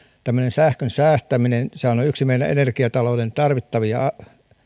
tämmöinen sähkön säästäminenhän on yksi meidän energiataloudessa tarvittavia